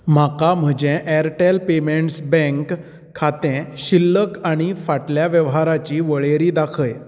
म्हाका म्हजें Airtel payments bank खातें शिल्लक आनी फाटल्या वेव्हराची वळेरी दाखय